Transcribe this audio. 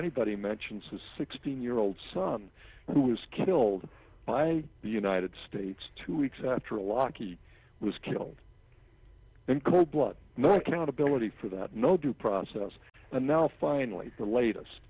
anybody mentions his sixteen year old son who was killed by the united states two weeks after laci was killed in cold blood no accountability for that no due process and now finally the latest